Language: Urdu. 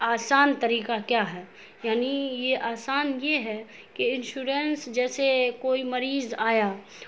آسان طریقہ کیا ہے یعنی یہ آسان یہ ہے کہ انشورنس جیسے کوئی مریض آیا